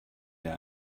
der